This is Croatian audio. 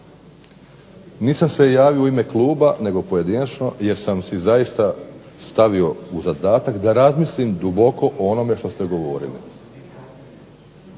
Nisam se javio u ime kluba nego pojedinačno, jer sam si zaista stavio u zadatak da razmislim duboko o onome što ste govorili.